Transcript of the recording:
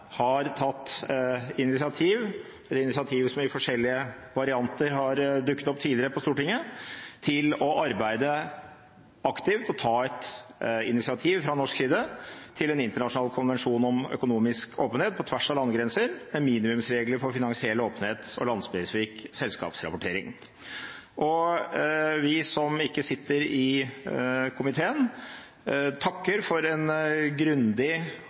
har tatt initiativ – det initiativet som har dukket opp i forskjellige varianter tidligere på Stortinget – til å arbeide aktivt og ta et initiativ fra norsk side til en internasjonal konvensjon om økonomisk åpenhet på tvers av landegrenser med minimumsregler for finansiell åpenhet og landspesifikk selskapsrapportering. Vi som ikke sitter i komiteen, takker for en grundig,